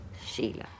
Sheila